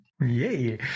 Yay